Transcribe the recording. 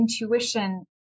intuition